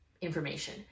information